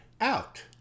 out